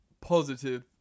positive